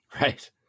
Right